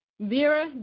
Vera